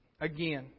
Again